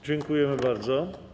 Dziękujemy bardzo.